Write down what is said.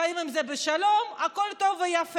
חיים עם זה בשלום הכול טוב ויפה.